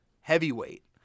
heavyweight